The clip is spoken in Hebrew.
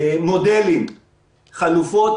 מודלים וחלופות